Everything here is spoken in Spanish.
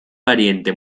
pariente